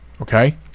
Okay